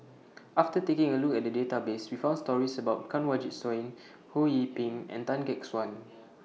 after taking A Look At The Database We found stories about Kanwaljit Soin Ho Yee Ping and Tan Gek Suan